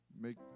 Make